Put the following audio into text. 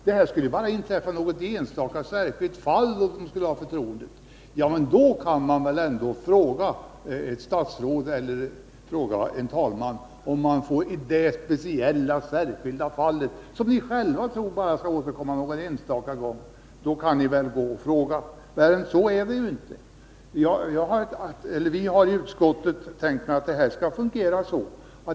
Det skulle bara gälla något enstaka särskilt fall som man vill ha förtroendet att servera sprit. Då kan man väl ändå fråga ett statsråd eller talmannen! Ni tror ju själva att det förekommer bara någon enstaka gång, och då kan man väl fråga! Värre än så är det inte. Vi har i utskottet tänkt att det skall fungera så.